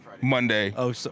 Monday